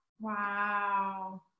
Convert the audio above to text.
wow